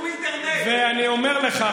ואני אומר לך,